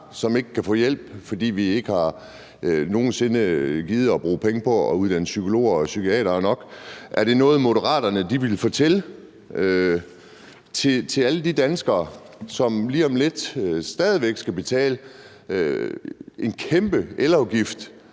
som ikke kan få hjælp, fordi vi ikke nogen sinde har gidet at bruge penge på at uddanne psykologer og psykiatere nok? Er det noget, som Moderaterne vil fortælle til alle de danskere, som lige om lidt stadig væk skal betale en kæmpe elafgift?